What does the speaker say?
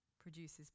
produces